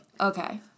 Okay